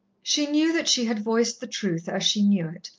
she knew that she had voiced the truth as she knew it,